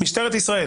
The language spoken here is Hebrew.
משטרת ישראל